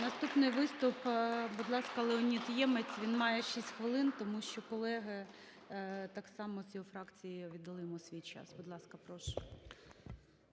Наступний виступ, будь ласка, Леонід Ємець. Він має 6 хвилин, тому що колеги так само з його фракції віддали йому свій час. Будь ласка, прошу.